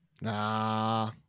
nah